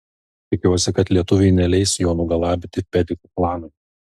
tikiuosi kad lietuviai neleis jo nugalabyti pedikų klanui